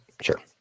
Sure